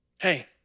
hey